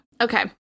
Okay